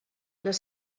les